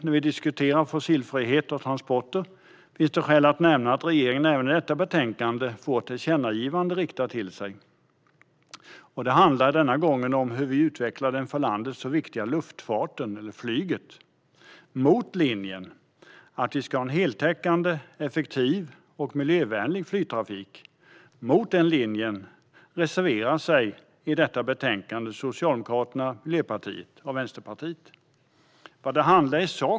När vi diskuterar fossilfrihet och transporter finns det skäl att nämna att regeringen även i detta betänkande föreslås få ett tillkännagivande riktat till sig. Det handlar denna gång om hur vi utvecklar den för landet så viktiga luftfarten eller flyget. Mot linjen att vi ska ha en heltäckande, effektiv och miljövänlig flygtrafik reserverar sig i detta betänkande Socialdemokraterna, Miljöpartiet och Vänsterpartiet.